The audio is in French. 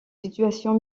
situation